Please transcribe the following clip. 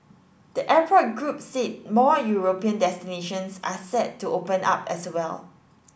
the airport group said more European destinations are set to open up as well